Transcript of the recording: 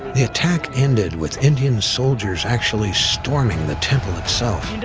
the attack ended with indian soldiers actually storming the temple itself,